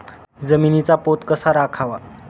जमिनीचा पोत कसा राखावा?